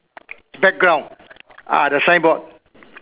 background ah the sign board